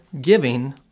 giving